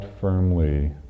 firmly